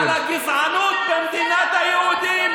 על מה ההתעקשות הזו לעשות עוד משטר אפרטהייד?